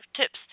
tips